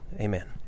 Amen